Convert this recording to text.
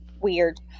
weird